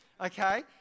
okay